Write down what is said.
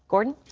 gordon?